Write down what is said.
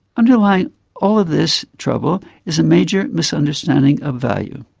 underlying all of this trouble is a major misunderstanding of value.